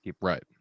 right